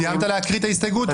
סיימת להקריא את ההסתייגות?